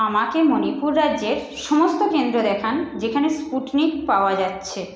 আমাকে মণিপুর রাজ্যের সমস্ত কেন্দ্র দেখান যেখানে স্পুটনিক পাওয়া যাচ্ছে